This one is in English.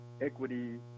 equity